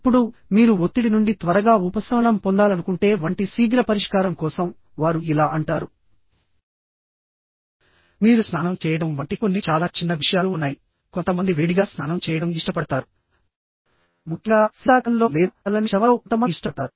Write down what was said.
ఇప్పుడు మీరు ఒత్తిడి నుండి త్వరగా ఉపశమనం పొందాలనుకుంటే వంటి శీఘ్ర పరిష్కారం కోసం వారు ఇలా అంటారుమీరు స్నానం చేయడం వంటి కొన్ని చాలా చిన్న విషయాలు ఉన్నాయి కొంతమంది వేడిగా స్నానం చేయడం ఇష్టపడతారుముఖ్యంగా శీతాకాలంలో లేదా చల్లని షవర్లో కొంతమంది ఇష్టపడతారు